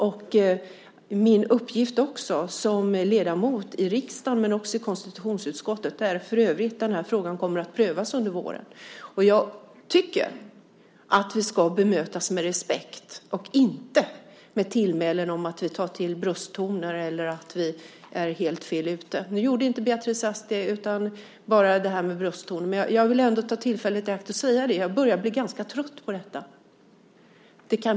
Det är min uppgift som ledamot i riksdagen och även i konstitutionsutskottet, där för övrigt den här frågan kommer att prövas under våren. Jag tycker att vi ska bemötas med respekt, inte med tillmälen om att vi tar till brösttoner eller att vi är helt fel ute. Nu sade inte Beatrice Ask det, utan bara detta med brösttoner. Jag vill ta tillfället i akt och säga det. Jag börjar bli ganska trött på det.